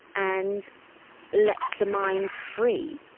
and lets the mind free.